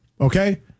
Okay